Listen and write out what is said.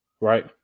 right